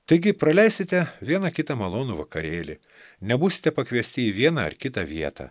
taigi praleisite vieną kitą malonų vakarėlį nebūsite pakviesti į vieną ar kitą vietą